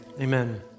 amen